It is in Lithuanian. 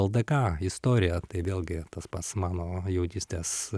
ldk istorija tai vėlgi tas pats mano jaunystės